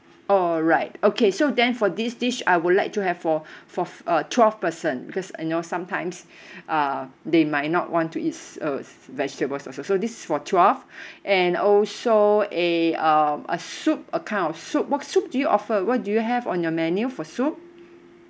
alright okay so then for this dish I would like to have for fourt~ uh twelve person because you know sometimes uh they might not want to eat uh vegetables also so this is for twelve and also uh um a soup account soup what soup do you offer what do you have on your menu for soup